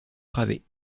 travées